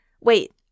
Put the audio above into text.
Wait